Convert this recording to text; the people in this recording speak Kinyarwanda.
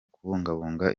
kubungabunga